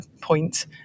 point